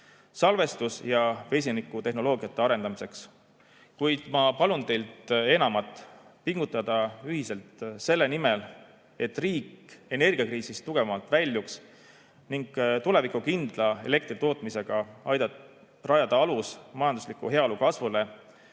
salvestus‑ ja vesinikutehnoloogiat arendada. Kuid ma palun teilt enamat: pingutada ühiselt selle nimel, et riik energiakriisist tugevamana väljuks, ning tulevikukindla elektritootmisega aidata rajada alus majandusliku heaolu kasvule,